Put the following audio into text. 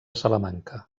salamanca